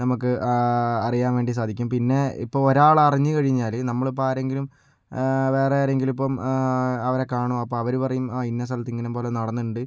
നമുക്ക് അറിയാൻ വേണ്ടി സാധിക്കും പിന്നെ ഇപ്പോൾ ഒരാൾ അറിഞ്ഞു കഴിഞ്ഞാൽ നമ്മളിപ്പോൾ ആരെങ്കിലും വേറെ ആരെങ്കിലും ഇപ്പം അവരെ കാണും അപ്പോൾ അവർ പറയും ആ ഇന്ന സ്ഥലത്ത് ഇങ്ങനെ പോലെ നടന്നിട്ടുണ്ട്